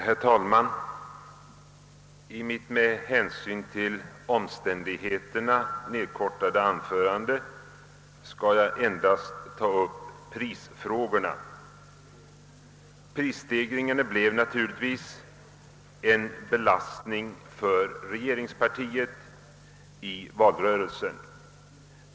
Herr talman! I mitt, med hänsyn till omständigheterna nedkortade, anförande skall jag endast ta upp prisfrågorna. De prisstegringar som förekommit blev naturligtvis en belastning för regeringspartiet i valrörelsen.